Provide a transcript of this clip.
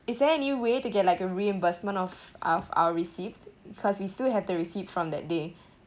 is there any way to get like a reimbursement of of our receipt because we still have the receipt from that day